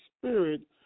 spirit